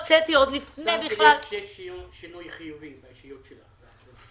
שמתי לב שיש שינוי חיובי באישיות שלך.